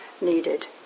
needed